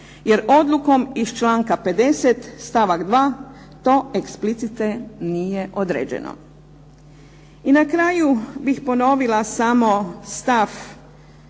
jer odlukom iz članka 50. stavak 2. to eksplicite nije određeno. I na kraju bih ponovila samo stav